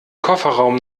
kofferraum